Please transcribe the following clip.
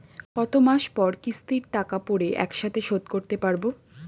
কত মাস পর কিস্তির টাকা পড়ে একসাথে শোধ করতে পারবো?